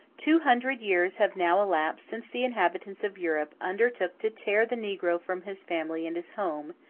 two hundred years have now elapsed since the inhabitants of europe undertook to tear the negro from his family and his home,